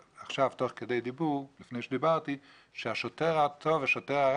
תוך כדי הדיבור שלי עכשיו אני חושב שהשוטר הטוב